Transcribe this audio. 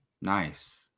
Nice